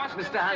mr.